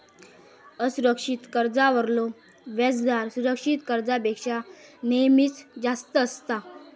असुरक्षित कर्जावरलो व्याजदर सुरक्षित कर्जापेक्षा नेहमीच जास्त असता